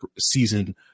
season